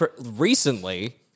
recently